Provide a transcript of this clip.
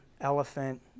elephant